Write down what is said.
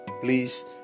Please